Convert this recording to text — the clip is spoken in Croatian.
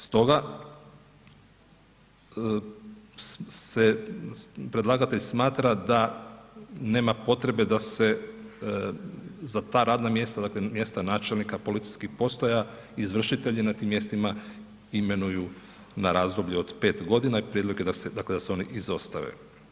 Stoga se predlagatelj smatra da nema potrebe da se za ta radna mjesta, dakle, mjesta načelnika policijskih postaja, izvršitelji na tim mjestima imenuju na razdoblje od 5 godina i prijedlog je da se oni izostave.